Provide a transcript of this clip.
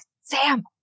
Sam